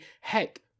heck